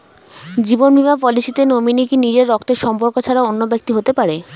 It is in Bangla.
জীবন বীমা পলিসিতে নমিনি কি নিজের রক্তের সম্পর্ক ছাড়া অন্য ব্যক্তি হতে পারে?